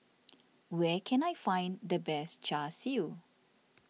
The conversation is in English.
where can I find the best Char Siu